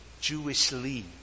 Jewishly